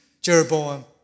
Jeroboam